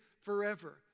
forever